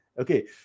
Okay